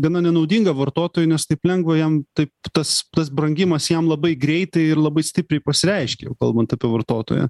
gana nenaudinga vartotojui nes taip lengva jam taip tas tas brangimas jam labai greitai ir labai stipriai pasireiškė kalbant apie vartotoją